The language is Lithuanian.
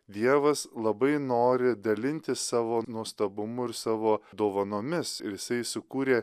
dievas labai nori dalintis savo nuostabumu ir savo dovanomis ir jisai sukūrė